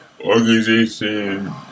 organization